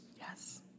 Yes